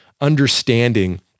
understanding